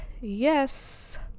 yes